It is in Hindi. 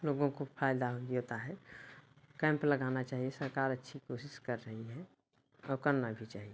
लोगों को फायदा भी होता है कैंप लगाना चाहिए सरकार अच्छी कोशिश कर रही हैं और करना भी चाहिए